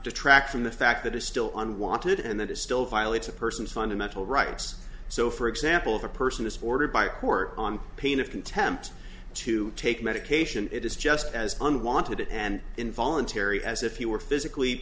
detract from the fact that is still on wanted and that is still violates a person's fundamental rights so for example if a person is supported by court on pain of contempt to take medication it is just as unwanted and involuntary as if he were physically